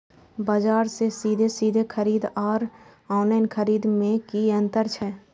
बजार से सीधे सीधे खरीद आर ऑनलाइन खरीद में की अंतर छै?